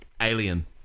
Alien